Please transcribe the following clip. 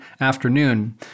afternoon